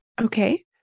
Okay